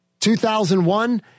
2001